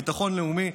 ביטחון לאומי.